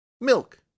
Milk